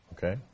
Okay